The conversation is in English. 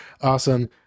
Awesome